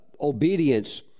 obedience